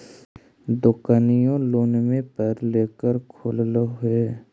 दोकनिओ लोनवे पर लेकर खोललहो हे?